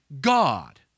God